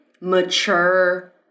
mature